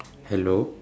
hello